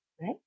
right